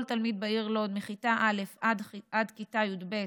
כל תלמיד בעיר לוד, מכיתה א' עד כיתה י"ב,